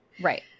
right